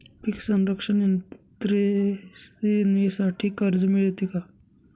पीक संरक्षण यंत्रणेसाठी कर्ज मिळते का?